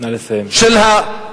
בעד סילבן שלום,